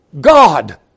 God